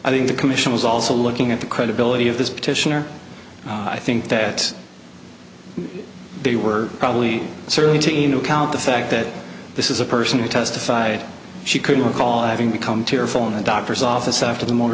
i think the commission was also looking at the credibility of this petition or i think that they were probably surly teen account the fact that this is a person who testified she couldn't recall having become tearful in a doctor's office after the motor